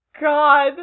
God